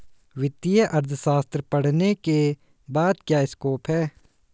वित्तीय अर्थशास्त्र पढ़ने के बाद क्या स्कोप है?